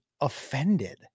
offended